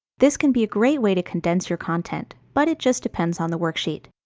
this can be a great way to condense your content, but it just depends on the worksheet.